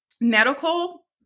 medical